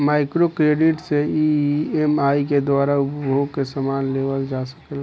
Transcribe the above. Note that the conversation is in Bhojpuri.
माइक्रो क्रेडिट से ई.एम.आई के द्वारा उपभोग के समान लेवल जा सकेला